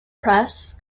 press